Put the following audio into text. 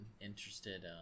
interested